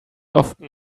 often